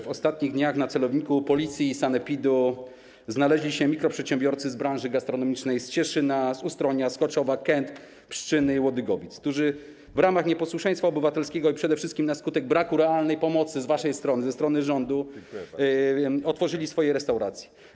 W ostatnich dniach na celowniku Policji i sanepidu znaleźli się mikroprzedsiębiorcy z branży gastronomicznej z Cieszyna, Ustronia, Skoczowa, Kęt, Pszczyny i Łodygowic, którzy w ramach nieposłuszeństwa obywatelskiego i przede wszystkim na skutek braku realnej pomocy z waszej strony, ze strony rządu otworzyli swoje restauracje.